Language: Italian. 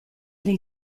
del